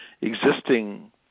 existing